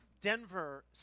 Denver